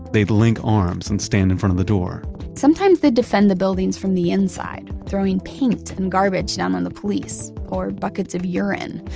they'd link arms and stand in front of the door sometimes they'd defend the buildings from the inside throwing paint and garbage down on the police or buckets of urine.